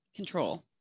control